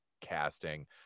casting